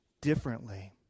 differently